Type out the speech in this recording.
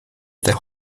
their